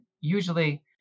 usually